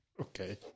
Okay